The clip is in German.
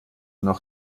noch